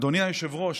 אדוני היושב-ראש,